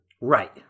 right